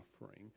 suffering